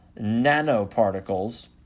nanoparticles